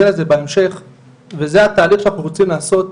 לזה בהמשך וזה התהליך שאנחנו רוצים לעשות,